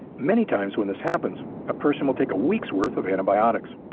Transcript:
many times when this happens a person will take a weeks worth of antibiotics,